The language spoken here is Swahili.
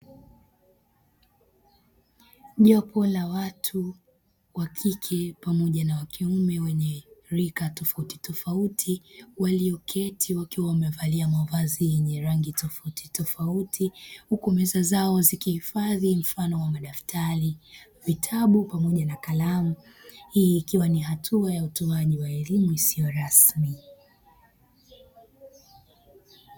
Jopo la watu wa kike na wa kiume wenye rika tofautitofauti walioketi wakiwa wamevalia mavazi yenye rangi tofautitofauti huku meza zao zimehifadhi mfano wa madaftari, vitabu pamoja na kalamu hii ikiwa ni hatua ya utoaji wa elimu isiyo rasmi.